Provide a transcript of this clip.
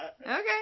Okay